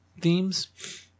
themes